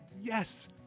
Yes